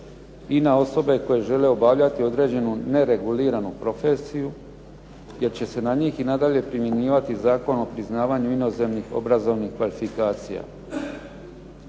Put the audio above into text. I na osobe koje žele obavljati određenu nereguliranu profesiju jer će se na njih i nadalje primjenjivati Zakon o priznavanju inozemnih obrazovnih kvalifikacija.